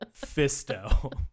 Fisto